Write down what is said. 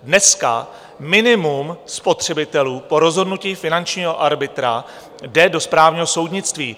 Dneska minimum spotřebitelů po rozhodnutí finančního arbitra jde do správního soudnictví.